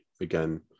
again